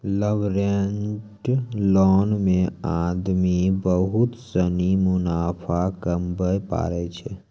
leveraged loan मे आदमी बहुत सनी मुनाफा कमाबै पारै छै